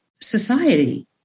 society